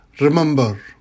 Remember